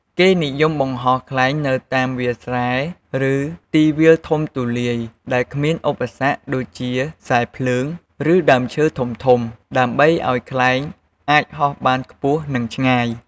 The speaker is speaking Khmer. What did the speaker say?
គេនិយមបង្ហោះខ្លែងនៅតាម វាលស្រែ ឬ ទីវាលធំទូលាយ ដែលគ្មានឧបសគ្គដូចជាខ្សែភ្លើង ឬដើមឈើធំៗ ដើម្បីឱ្យខ្លែងអាចហោះបានខ្ពស់ និងឆ្ងាយ។